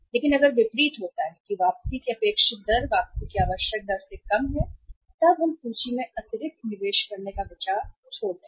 लेकिन अगर विपरीत होता है कि वापसी की अपेक्षित दर वापसी की आवश्यक दर से कम है तब हम सूची में अतिरिक्त निवेश करने के विचार को छोड़ देंगे